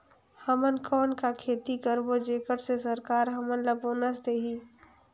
हमन कौन का खेती करबो जेकर से सरकार हमन ला बोनस देही?